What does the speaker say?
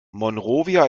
monrovia